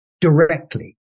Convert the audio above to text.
directly